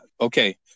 Okay